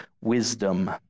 wisdom